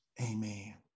amen